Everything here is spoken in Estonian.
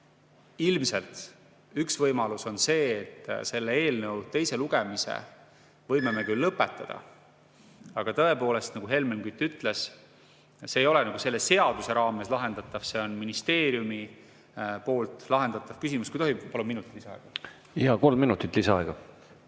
et ilmselt üks võimalusi on see, et selle eelnõu teise lugemise võime me küll lõpetada, aga tõepoolest, nagu Helmen Kütt ütles, see ei ole selle seaduse raames lahendatav, see on ministeeriumi poolt lahendatav küsimus. Kui tohib, palun minuti lisaaega. Kolm minutit lisaaega.